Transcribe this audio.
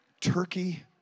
Turkey